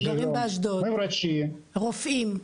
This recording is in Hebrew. אני ואשתי רופאים,